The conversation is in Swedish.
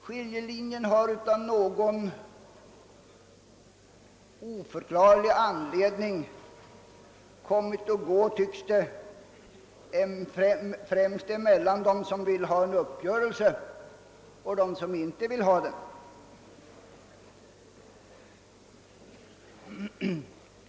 Skiljelinjen har av någon oförklarlig anledning kommit att gå, förefaller det, främst mellan, dem som vill ha en uppgörelse och dem som inte vill ha det.